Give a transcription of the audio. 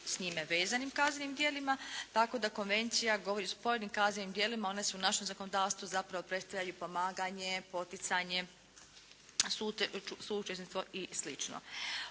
s njime vezanim kaznenim djelima tako da konvencija govori o pojedinim kaznenim djelima. One su u našem zakonodavstvu zapravo predstavljaju pomaganje, poticanje, suučesništvo i